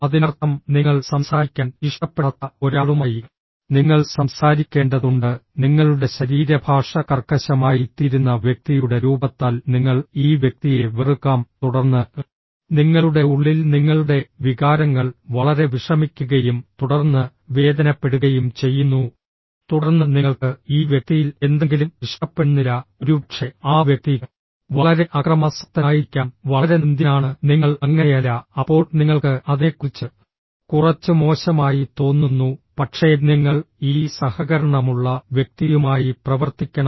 അതിനർത്ഥം നിങ്ങൾ സംസാരിക്കാൻ ഇഷ്ടപ്പെടാത്ത ഒരാളുമായി നിങ്ങൾ സംസാരിക്കേണ്ടതുണ്ട് നിങ്ങളുടെ ശരീരഭാഷ കർക്കശമായിത്തീരുന്ന വ്യക്തിയുടെ രൂപത്താൽ നിങ്ങൾ ഈ വ്യക്തിയെ വെറുക്കാം തുടർന്ന് നിങ്ങളുടെ ഉള്ളിൽ നിങ്ങളുടെ വികാരങ്ങൾ വളരെ വിഷമിക്കുകയും തുടർന്ന് വേദനപ്പെടുകയും ചെയ്യുന്നു തുടർന്ന് നിങ്ങൾക്ക് ഈ വ്യക്തിയിൽ എന്തെങ്കിലും ഇഷ്ടപ്പെടുന്നില്ല ഒരുപക്ഷേ ആ വ്യക്തി വളരെ അക്രമാസക്തനായിരിക്കാം വളരെ നിന്ദ്യനാണ് നിങ്ങൾ അങ്ങനെയല്ല അപ്പോൾ നിങ്ങൾക്ക് അതിനെക്കുറിച്ച് കുറച്ച് മോശമായി തോന്നുന്നു പക്ഷേ നിങ്ങൾ ഈ സഹകരണമുള്ള വ്യക്തിയുമായി പ്രവർത്തിക്കണം